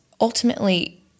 ultimately